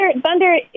Thunder